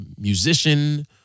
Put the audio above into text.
musician